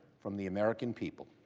from the american people.